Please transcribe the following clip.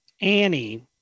Annie